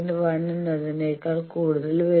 1 എന്നതിനേക്കാൾ കൂടുതൽ വരും